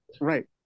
right